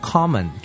Common